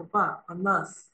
va anas